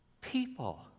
people